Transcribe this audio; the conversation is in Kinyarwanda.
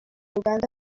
uganda